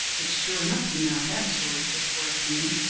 it's true enough he now had a story fit for a king.